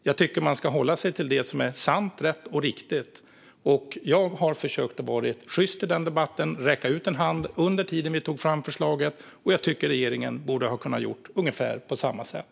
Jag tycker att man ska hålla sig till det som är sant, rätt och riktigt. Jag har försökt att vara sjyst i denna debatt. Jag räckte ut en hand under den tid vi tog fram förslaget, och jag tycker att regeringen borde ha kunnat göra ungefär på samma sätt.